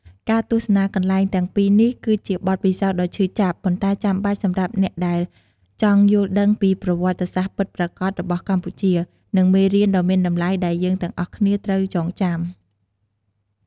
ការទស្សនាកន្លែងទាំងពីរនេះ គឺជាបទពិសោធន៍ដ៏ឈឺចាប់ ប៉ុន្តែចាំបាច់សម្រាប់អ្នកដែលចង់យល់ដឹងពីប្រវត្តិសាស្ត្រពិតប្រាកដរបស់កម្ពុជា និងមេរៀនដ៏មានតម្លៃដែលយើងទាំងអស់គ្នាត្រូវចងចាំ។